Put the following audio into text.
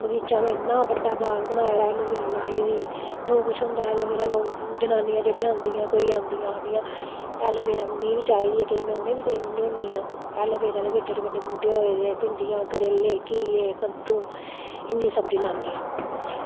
बाग लाये दा नज़र लाई दी जनानी आंदी ते आक्खदी की में बी चाहिदी ते में देई ओड़नी होनी ऐलोवेरा दे इन्ने बड्डे बूह्टे होये दे भिंडियां करेले घिये कद्दू इन्नी सब्ज़ी लानी आं